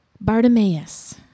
Bartimaeus